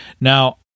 Now